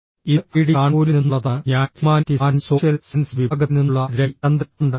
ഇത് ഐഐടി കാൺപൂരിൽ നിന്നുള്ളതാണ് ഞാൻ ഹ്യൂമാനിറ്റീസ് ആൻഡ് സോഷ്യൽ സയൻസസ് വിഭാഗത്തിൽ നിന്നുള്ള രവി ചന്ദ്രൻ ആണ്